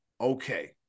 okay